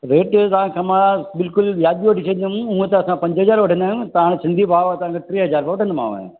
rate जो तव्हांखा मां बिल्कुल लागू वठी शॾदम ऊअं त असां पंज हज़ार वठंदा आयूं तव्हां सिंधी भावर आयो तव्हांखा ट्रे हज़ार वठंदो मांव